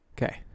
Okay